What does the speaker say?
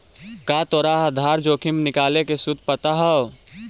का तोरा आधार जोखिम निकाले के सूत्र पता हवऽ?